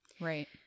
Right